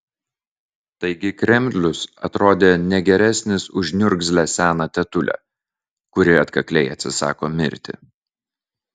taigi kremlius atrodė ne geresnis už niurgzlę seną tetulę kuri atkakliai atsisako mirti